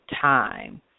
time